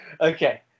okay